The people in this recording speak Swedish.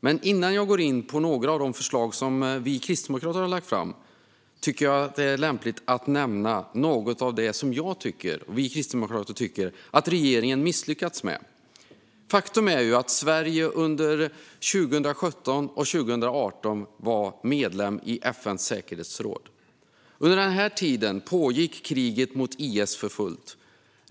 Men innan jag går in på några av de förslag som vi kristdemokrater har lagt fram tycker jag att det kan vara lämpligt att nämna något av det som jag och vi kristdemokrater tycker att regeringen misslyckats med. Faktum är att Sverige under 2017 och 2018 var medlem i FN:s säkerhetsråd. Under den tiden pågick kriget mot IS för fullt.